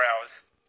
hours